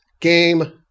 Game